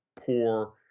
poor